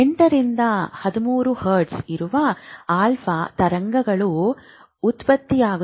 8 ರಿಂದ 13 ಹರ್ಟ್ಜ್ ಇರುವ ಆಲ್ಫಾ ತರಂಗಗಳು ಉತ್ಪತ್ತಿಯಾಗುತ್ತವೆ